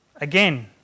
again